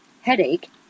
headache